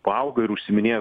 paauga ir užsiiminėja